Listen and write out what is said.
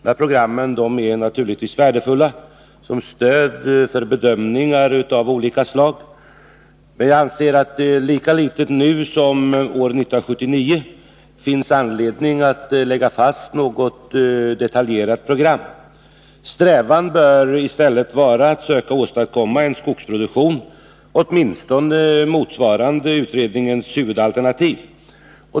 De programmen är naturligtvis värdefulla som stöd för bedömningar av olika slag, men jag anser att det lika litet nu som år 1979 finns anledning att lägga fast något detaljerat program. Strävan bör i stället vara att söka åstadkomma en skogsproduktion åtminstone motsvarande utredningens huvudalternativ.